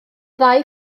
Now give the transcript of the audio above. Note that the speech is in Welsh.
ddau